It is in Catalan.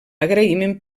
agraïment